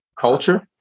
culture